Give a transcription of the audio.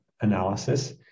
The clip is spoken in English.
analysis